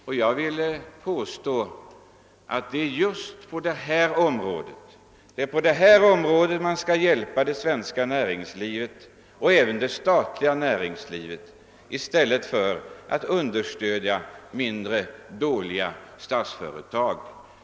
Och jag vill påstå att det är just på detta område som man kan hjälpa näringslivet även det statliga — i stället för att fortsätta med att understödja icke lönsamma företag.